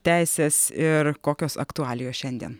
teises ir kokios aktualijos šiandien